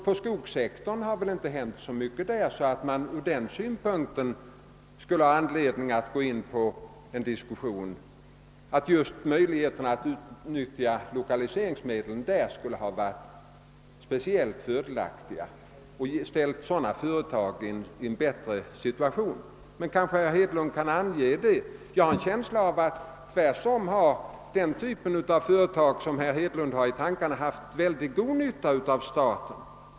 På skogssektorn har det väl i det avseendet inte hänt så mycket, att man med den utgångspunkten kan säga att möjligheterna att utnyttja investeringsfondsmedel på detta område skulle ha varit speciellt goda och ställt dessa företag i en bättre situation. Men kanske herr Hedlund kan precisera detta. Jag har tvärtom en känsla av att den typ av företag som herr Hedlund har i tankarna haft mycket stor nytta av staten.